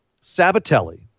Sabatelli